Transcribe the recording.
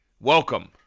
welcome